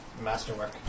Masterwork